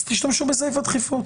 אז תשתמשו בסעיף הדחיפות.